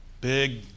big